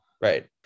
right